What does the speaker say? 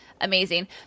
amazing